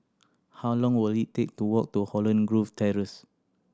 how long will it take to walk to Holland Grove Terrace